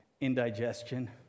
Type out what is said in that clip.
indigestion